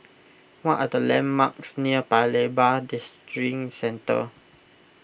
what are the landmarks near Paya Lebar Districentre